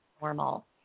normal